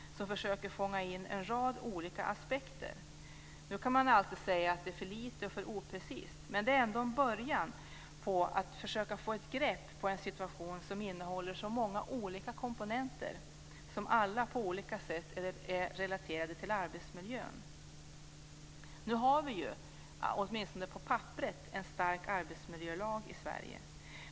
Regeringen försöker fånga in en rad olika aspekter. Man kan alltid säga att det är för lite och för oprecist, men det är ändå en början och ett försök att få grepp om en situation som innehåller så många olika komponenter som alla på olika sätt är relaterade till arbetsmiljön. Vi har, åtminstone på pappret, en stark arbetsmiljölag i Sverige.